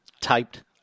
typed